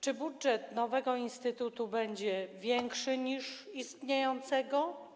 Czy budżet nowego instytutu będzie większy od istniejącego?